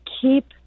keep